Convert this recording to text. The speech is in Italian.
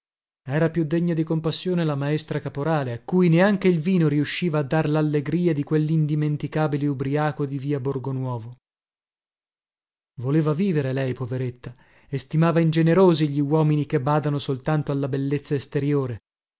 era più degna di compassione la maestra caporale a cui neanche il vino riusciva a dar lallegria di quellindimenticabile ubriaco di via borgo nuovo voleva vivere lei poveretta e stimava ingenerosi gli uomini che badano soltanto alla bellezza esteriore